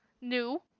new